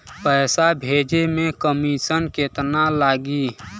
पैसा भेजे में कमिशन केतना लागि?